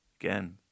again